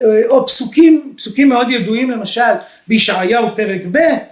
או פסוקים, פסוקים מאוד ידועים למשל, בישעיהו פרק ב',